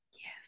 yes